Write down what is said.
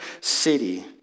city